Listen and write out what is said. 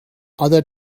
other